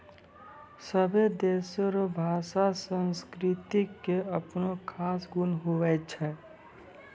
सभै देशो रो भाषा संस्कृति के अपनो खास गुण हुवै छै